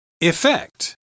Effect